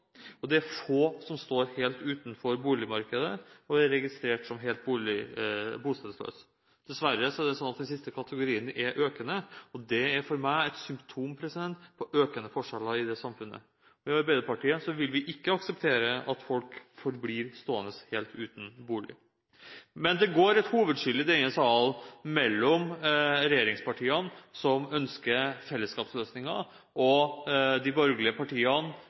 og det er få som står helt utenfor boligmarkedet, og er registrert som helt bostedsløse. Dessverre er det slik at den siste kategorien er økende. Det er for meg et symptom på økende forskjeller i samfunnet. I Arbeiderpartiet vil vi ikke akseptere at folk forblir stående helt uten bolig. Men det går et hovedskille i denne salen mellom regjeringspartiene, som ønsker fellesskapsløsninger, og de borgerlige partiene,